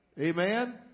Amen